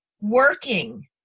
working